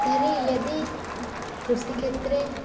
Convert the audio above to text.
तर्हि यदि कृषिक्षेत्रे